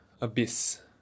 Abyss